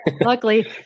luckily